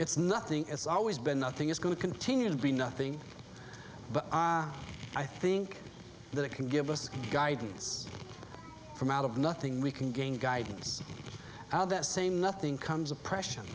it's nothing it's always been nothing is going to continue to be nothing but i think that it can give us guidance from out of nothing we can gain guidance now that same nothing comes oppression